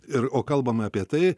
ir o kalbame apie tai